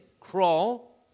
crawl